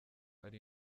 ari